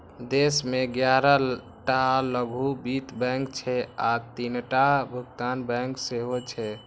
देश मे ग्यारह टा लघु वित्त बैंक छै आ तीनटा भुगतान बैंक सेहो छै